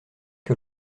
que